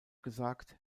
gesagt